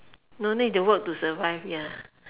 no need to work to survive ya